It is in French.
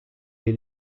est